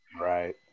right